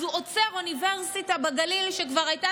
אז הוא עוצר אוניברסיטה בגליל שכבר הייתה